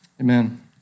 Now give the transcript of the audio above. Amen